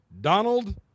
Donald